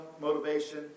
motivation